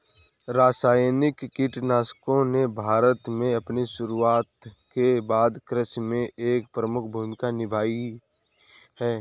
रासायनिक कीटनाशकों ने भारत में अपनी शुरूआत के बाद से कृषि में एक प्रमुख भूमिका निभाई हैं